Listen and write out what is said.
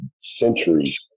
centuries